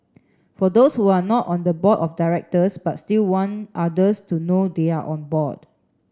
for those who are not on the board of directors but still want others to know they are on board